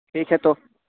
ٹھیک ہے تو